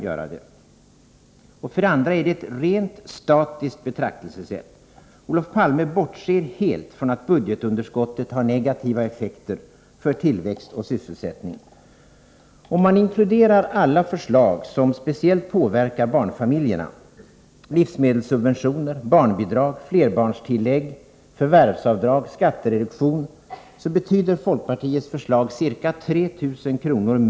Vidare är det ett rent statiskt betraktelsesätt. Olof Palme bortser helt från att budgetunderskottet har negativa effekter på tillväxt och sysselsättning. Om man inkluderar alla förslag som speciellt påverkar barnfamiljerna — livsmedelssubventioner, barnbidrag, flerbarnstillägg, förvärvsavdrag och skattereduktion — betyder folkpartiets förslag ca 3 000 kr.